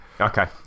Okay